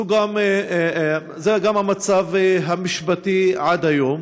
זה גם המצב המשפטי עד היום.